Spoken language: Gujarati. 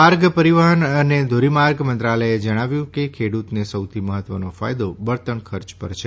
માર્ગ પરિવહન અને ધોરીમાર્ગ મંત્રાલયે જણાવ્યું કે ખેડૂતને સૌથી મહત્ત્વનો ફાયદો બળતણ ખર્ચ પર છે